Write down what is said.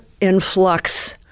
influx